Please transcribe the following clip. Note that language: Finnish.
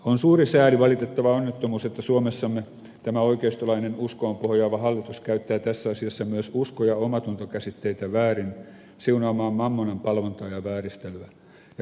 on suuri sääli valitettava onnettomuus että suomessamme tämä oikeistolainen uskoon pohjaava hallitus käyttää tässä asiassa myös usko ja omatunto käsitteitä väärin siunaamaan mammonanpalvontaa ja vääristelyä